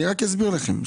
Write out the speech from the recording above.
אני רק אסביר לכם,